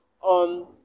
on